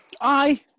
Aye